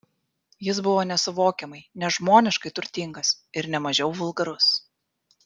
jis buvo nesuvokiamai nežmoniškai turtingas ir ne mažiau vulgarus